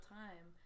time